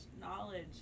knowledge